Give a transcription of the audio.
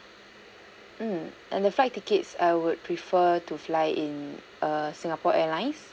mm and the flight tickets I would prefer to fly in err singapore airlines